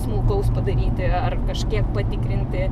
smulkaus padaryti ar kažkiek patikrinti